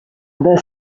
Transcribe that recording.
the